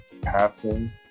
passing